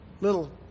Little